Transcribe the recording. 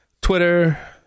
Twitter